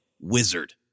Wizard